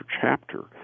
chapter